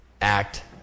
act